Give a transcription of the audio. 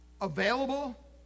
available